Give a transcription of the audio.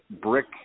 brick